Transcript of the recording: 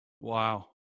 Wow